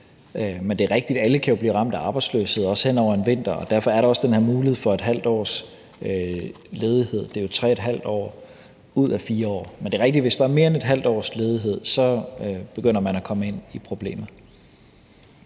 Men det er rigtigt, at alle jo kan blive ramt af arbejdsløshed, også hen over en vinter. Derfor er der også den her mulighed for ½ års ledighed. Det er jo 3½ år ud af 4 år. Men det er rigtigt, at hvis der er mere end ½ års ledighed, begynder man at komme ind i problemer.